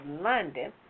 London